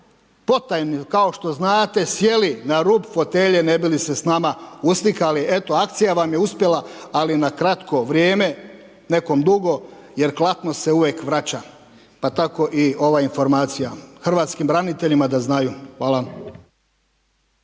potajno, kao što znate, sjeli na rub fotelje ne bi li se s nama uslikali, eto akcija vam je uspjela, ali na kratko vrijeme, nekom dugo jer klatno se uvijek vraća, pa tako i ova informacija hrvatskim braniteljima da znaju. Hvala.